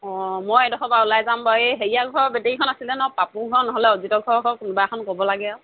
অঁ মই এইডোখৰ পৰা ওলাই যাম বাৰু এই হেৰিয়া ঘৰৰ বেটেৰীখন আছিলে নহ্ পাপুৰ ঘৰৰ নহ'লে অজিত ঘৰৰ হওক কোনোবা এখন ক'ব লাগে আৰু